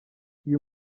uyu